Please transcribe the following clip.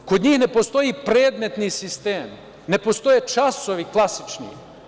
Kod njih ne postoji predmetni sistem, ne postoje časovi klasični.